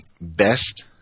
best